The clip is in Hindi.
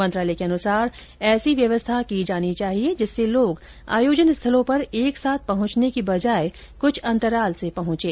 मंत्रालय के अनुसार ऐसी व्यवस्था की जानी चाहिए जिससे लोग आयोजन स्थलों पर एक साथ पहुंचने की बजाय कुछ अंतराल से पहचें